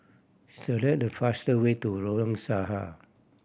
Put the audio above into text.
select the faster way to Lorong Sahad